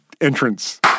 entrance